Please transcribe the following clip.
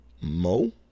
Mo